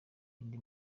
indi